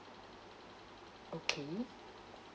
okay